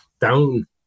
down